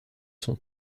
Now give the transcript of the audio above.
son